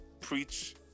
preach